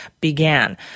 began